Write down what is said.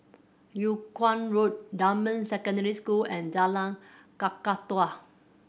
Yung Kuang Road Dunman Secondary School and Jalan Kakatua